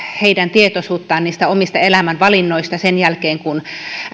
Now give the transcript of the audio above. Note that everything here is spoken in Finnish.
tietoisuutta niistä omista elämän valinnoista sen jälkeen kun